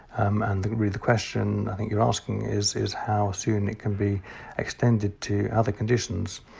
um and really the question i think your asking is is how soon it can be extended to other conditions!